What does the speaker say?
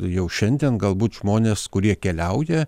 jau šiandien galbūt žmonės kurie keliauja